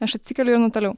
aš atsikeliu einu toliau